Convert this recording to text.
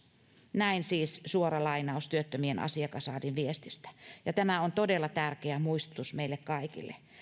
näin siis suora lainaus työttömien asiakasraadin viestistä ja tämä on todella tärkeä muistutus meille kaikille